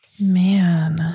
Man